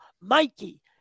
mikey